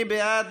מי בעד?